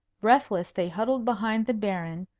breathless they huddled behind the baron,